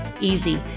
easy